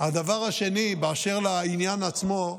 הדבר השני, באשר לעניין עצמו,